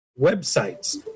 websites